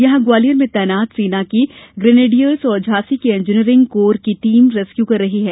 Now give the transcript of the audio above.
यहां ग्वालियर में तैनात सेना की ग्रेनेडियर्स और झांसी की इंजीनियरिंग कोर की टीम रेस्क्यू कर रही हैं